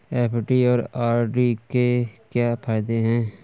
FD और RD के क्या फायदे हैं?